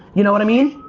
you know what i mean?